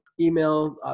email